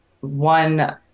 one